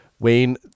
Wayne